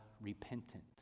repentant